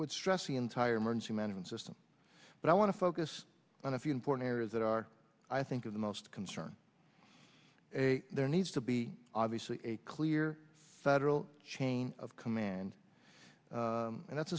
would stress the entire emergency management system but i want to focus on a few important areas that are i think the most concern there needs to be obviously a clear federal chain of command and that's